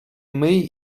myj